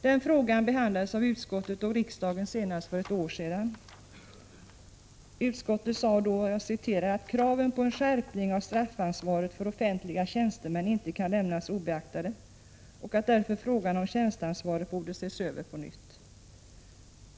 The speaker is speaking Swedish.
Den frågan behandlades av utskottet och riksdagen senast för ett år sedan. Utskottet sade då att kraven på en skärpning av straffansvaret för offentliga tjänstemän inte kan lämnas obeaktade och att därför frågan om tjänsteansvaret snarast borde ses över på nytt.